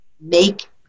make